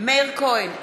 מאיר כהן,